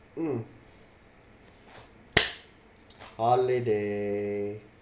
mm holiday